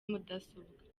mudasobwa